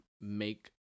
make